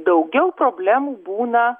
daugiau problemų būna